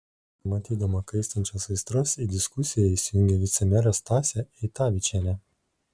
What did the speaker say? matydama kaistančias aistras į diskusiją įsijungė vicemerė stasė eitavičienė